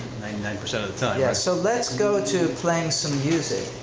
nine percent of the time. yes, so let's go to playing some music,